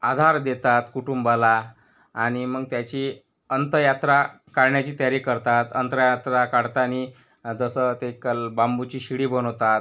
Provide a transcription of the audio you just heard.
आधार देतात कुटुंबाला आणि मग त्याची अंत्ययात्रा काळण्याची तयारी करतात अंत्ययात्रा काढतानी जसं ते कल् बांबूची शिडी बनवतात